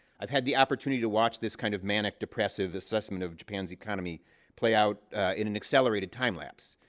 i've had the opportunity to watch this, kind of, manic depressive assessment of japan's economy play out in an accelerated time-lapse.